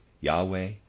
Yahweh